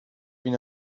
been